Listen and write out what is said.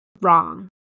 wrong